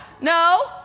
no